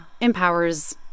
empowers